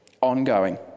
ongoing